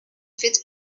fit